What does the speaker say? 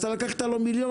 אז לקחת לו מיליון